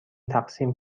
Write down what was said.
تقسیم